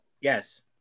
Yes